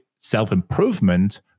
self-improvement